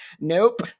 nope